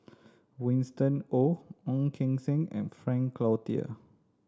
Winston Oh Ong Keng Sen and Frank Cloutier